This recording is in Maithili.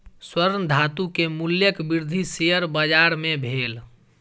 स्वर्ण धातु के मूल्यक वृद्धि शेयर बाजार मे भेल